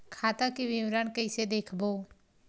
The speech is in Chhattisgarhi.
खाता के विवरण कइसे देखबो?